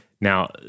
Now